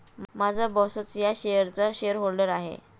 माझा बॉसच या शेअर्सचा शेअरहोल्डर आहे